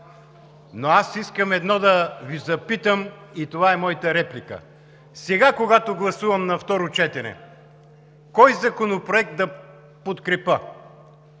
но аз искам да Ви запитам и това е моята реплика: сега, когато гласувам на второ четене, кой Законопроект да подкрепя?